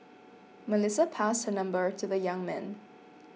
Melissa passed her number to the young man